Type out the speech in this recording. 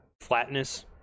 flatness